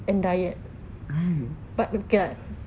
right